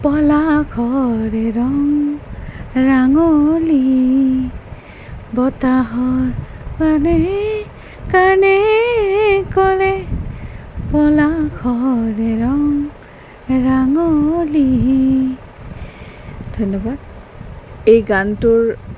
পলাসৰে ৰং ৰাঙলি বতাহৰ কাণে কাণে ক'লে পলাসৰে ৰং ৰাঙলি ধন্যবাদ এই গানটোৰ